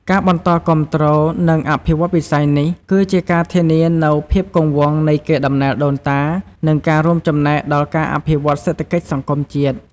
ការបន្តគាំទ្រ និងអភិវឌ្ឍន៍វិស័យនេះ គឺជាការធានានូវភាពគង់វង្សនៃកេរដំណែលដូនតា និងការរួមចំណែកដល់ការអភិវឌ្ឍន៍សេដ្ឋកិច្ចសង្គមជាតិ។